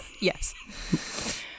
Yes